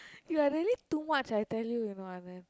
you are really too much I tell you you know Anand